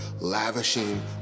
lavishing